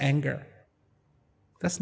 anger that's